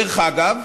דרך אגב,